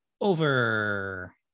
over